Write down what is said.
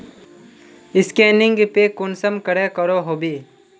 Scanning पे कुंसम करे करो होबे?